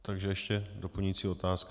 Takže ještě doplňující otázka.